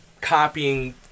copying